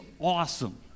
awesome